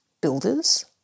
builders